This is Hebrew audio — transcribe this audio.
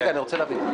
רגע, אני רוצה להבין.